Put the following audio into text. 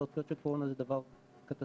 התפרצויות של קורונה זה דבר קטסטרופלי,